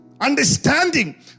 Understanding